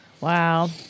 Wow